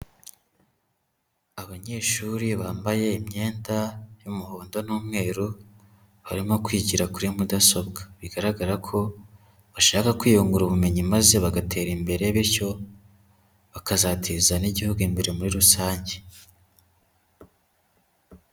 Abanyeshuri bambaye imyenda y'umuhondo n'umweru, barimo kwigira kuri mudasobwa. Bigaragara ko bashaka kwiyungura ubumenyi maze bagatera imbere, bityo bakazateza n'igihugu imbere muri rusange.